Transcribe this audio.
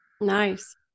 Nice